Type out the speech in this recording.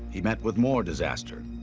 he met with more disaster.